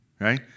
Right